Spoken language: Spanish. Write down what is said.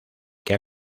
que